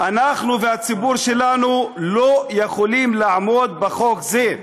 אנחנו והציבור שלנו לא יכולים לעמוד בחוק הזה.